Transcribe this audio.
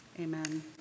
Amen